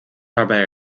waarbij